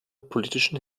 politischen